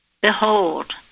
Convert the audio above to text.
behold